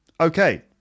okay